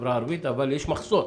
בחברה הערבית אבל יש מחסור.